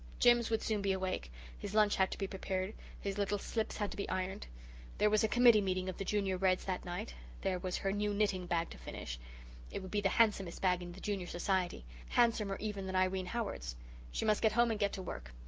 jims would soon be awake his lunch had to be prepared his little slips had to be ironed there was a committee meeting of the junior reds that night there was her new knitting bag to finish it would be the handsomest bag in the junior society handsomer even than irene howard's she must get home and get to work.